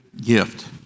gift